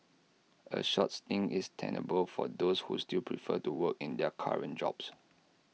A short stint is tenable for those who still prefer to work in their current jobs